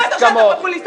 בטח שאתה פופוליסט.